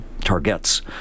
targets